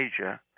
Asia